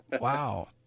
Wow